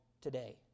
today